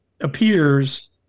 appears